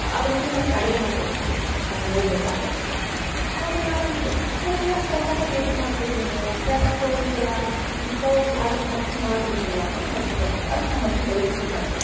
ಅದರಲ್ಲಿ ನನಗೆ ಅಡುಗೆ ಮಾಡಿಕೊಡ್ತಿದ್ರು ನಾನು ಓದಬೇಕಾದ್ರೆ ಆಗ ನಾನು ಅಂತಿದ್ದೆ ಅದನ್ನೆಲ್ಲ ಅಷ್ಟು ಕಷ್ಟಪಟ್ಟು ಎದಕ್ಕೆ ಮಾಡ್ತೀರ್ ನೀವೂ ಗ್ಯಾಸ್ ಸ್ಟವ್ ಐತಲ್ಲಾ ಇದು ಸ್ಟವ್ ಐತಲ್ಲ ಅದಕ್ಕೆ ಹಚ್ಚಿ ಮಾಡಿರಿ ನೀವು ಅಂತ ನಮ್ಮ ಅಜ್ಜಿಗೆ ಅಂತಿದ್ದೆ ಅದಕ್ಕೆ ನಮ್ಮ ಅಜ್ಜಿ ಬೈತಿದ್ರು ನನಗೆ